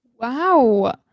Wow